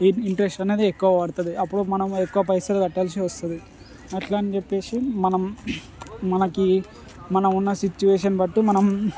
in interest అనేది ఎక్కువ పడుతుంది అప్పుడు మనం ఎక్కువ పైసలు కట్టాల్సి వస్తుంది అట్లా అన్ని చేప్పేసి మనం మనకి మనం ఉన్న సిచ్యువేషన్ బట్టి మనం